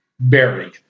bearing